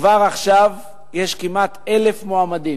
כבר עכשיו יש כמעט 1,000 מועמדים.